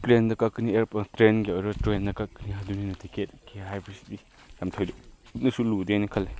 ꯀꯛꯀꯅꯤ ꯇ꯭ꯔꯦꯟꯒꯤ ꯑꯣꯏꯔꯣ ꯇ꯭ꯔꯦꯟꯗ ꯀꯛꯀꯅꯤ ꯑꯗꯨꯅꯤꯅ ꯇꯤꯀꯦꯠꯀꯤ ꯍꯥꯏꯕꯁꯤꯗꯤ ꯌꯥꯝ ꯊꯣꯏꯗꯣꯛꯅꯁꯨ ꯂꯨꯗꯦ ꯍꯥꯏꯅ ꯈꯜꯂꯤ